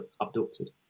abducted